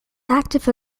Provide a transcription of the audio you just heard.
active